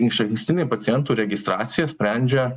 išankstinė pacientų registracija sprendžia